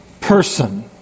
person